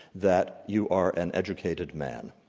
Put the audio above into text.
that you are an educated man,